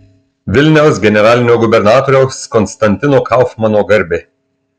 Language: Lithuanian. vilniaus generalinio gubernatoriaus konstantino kaufmano garbei